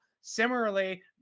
Similarly